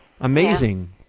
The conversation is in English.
Amazing